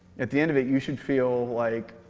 at the end of it, you should feel like,